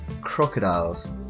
crocodiles